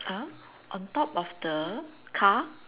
on top of the car